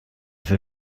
für